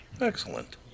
Excellent